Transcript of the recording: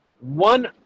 one